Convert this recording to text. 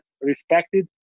respected